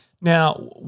Now